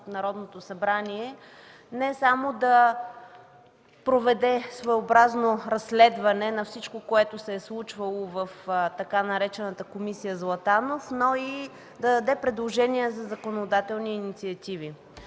Народното събрание, не само да проведе своеобразно разследване на всичко, което се е случвало в така наречената „Комисия Златанов”, но и да даде предложения за законодателни инициативи.